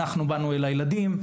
אנחנו באנו אל הילדים.